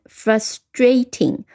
frustrating